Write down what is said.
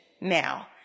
Now